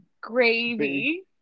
Gravy